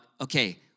okay